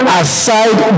aside